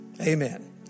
Amen